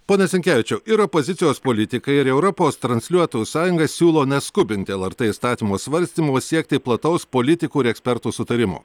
pone sinkevičiau ir opozicijos politikai ir europos transliuotojų sąjunga siūlo neskubinti lrt įstatymo svarstymo siekti plataus politikų ir ekspertų sutarimo